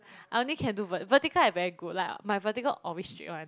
I only can do vert~ vertical I very good like my vertical always straight [one]